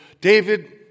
David